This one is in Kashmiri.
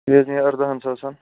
یہِ حظ نِیے اَرداہَن ساسَن